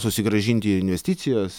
susigrąžinti investicijas